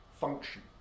function